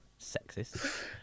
Sexist